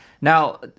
Now